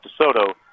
DeSoto